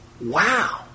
Wow